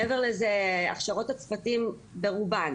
מעבר לזה, הכשרות הצוותים ברובן